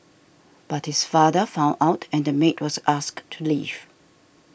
but his father found out and the maid was asked to leave